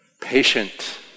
Patient